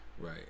Right